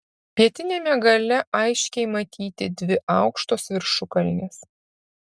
pietiniame gale aiškiai matyti dvi aukštos viršukalnės